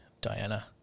Diana